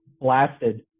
blasted